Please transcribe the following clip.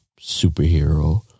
superhero